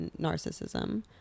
narcissism